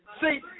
See